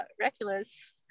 reckless